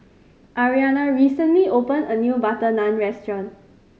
Ariana recently opened a new butter Naan Restaurant